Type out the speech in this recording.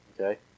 Okay